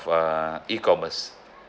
err E commerce